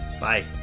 Bye